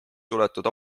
suletud